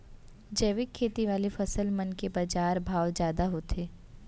जैविक खेती वाले फसल मन के बाजार भाव जादा होथे